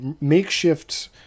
makeshift